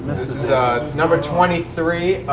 this is number twenty three,